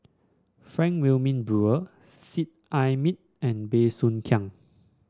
Frank Wilmin Brewer Seet Ai Mee and Bey Soo Khiang